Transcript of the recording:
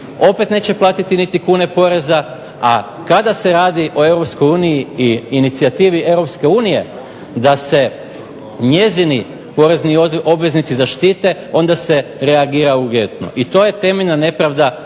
opet neće platiti niti kune poreza, a kada se radi o Europskoj uniji i inicijativi Europske unije da se njezini porezni obveznici zaštite onda se reagira uvjetno. I to je temeljna nepravda